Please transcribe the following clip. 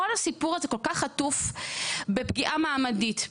כל הסיפור הזה כל כך עטוף בפגיעה מעמדית,